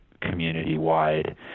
community-wide